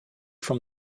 from